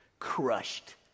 crushed